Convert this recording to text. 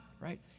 right